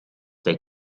they